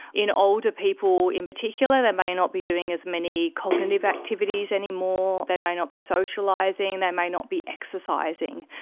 in older people in particular they may not be doing as many cognitive activities anymore, they may not be socialising, they may not be exercising,